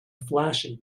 flashy